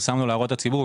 פרסמנו להערות הציבור.